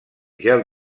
gel